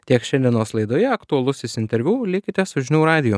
tiek šiandienos laidoje aktualusis interviu likite su žinių radiju